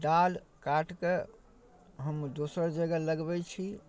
डाल काटिकऽ हम दोसर जगह लगबै छी